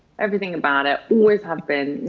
everything about it. always have been.